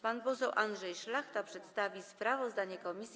Pan poseł Andrzej Szlachta przedstawi sprawozdanie komisji.